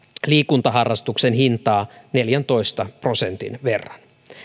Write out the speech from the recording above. liikuntaharrastuksen hintaa neljäntoista prosentin verran